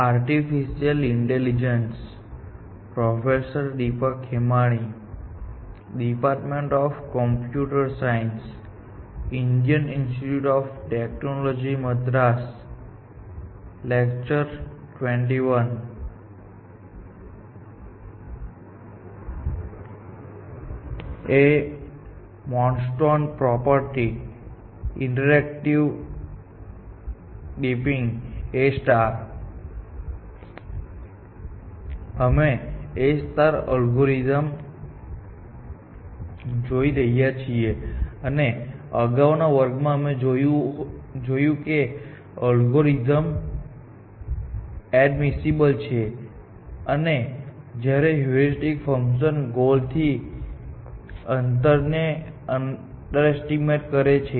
અમે A algorithm જોઈ રહ્યા છીએ અને અગાઉના વર્ગમાં અમે જોયું કે અલ્ગોરિધમ એડમિસિબલ છે અને જ્યારે હ્યુરિસ્ટિક ફંકશન ગોલ થી અંતરને અંડરએસ્ટિમેટ કરે છે